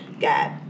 got